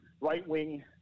right-wing